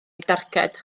darged